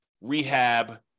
rehab